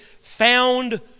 found